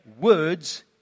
words